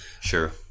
Sure